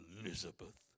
Elizabeth